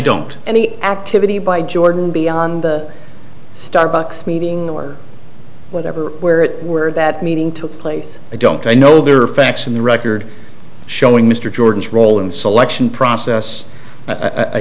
don't any activity by jordan beyond the starbucks meeting or whatever where it where that meeting took place i don't i know there are facts in the record showing mr jordan's role in the selection process i